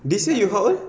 this year you how old